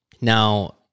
Now